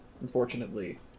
Unfortunately